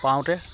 পাওঁতে